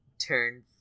turn